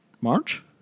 March